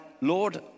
Lord